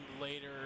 later